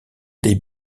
des